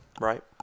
Right